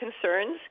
concerns